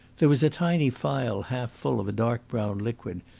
there was a tiny phial half full of a dark-brown liquid,